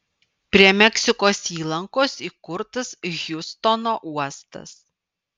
prie meksikos įlankos įkurtas hjustono uostas